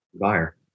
Buyer